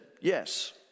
yes